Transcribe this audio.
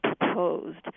proposed